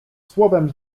słowem